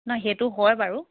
ন সেইটো হয় বাৰু